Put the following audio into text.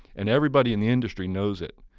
and everybody in the industry knows it.